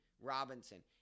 robinson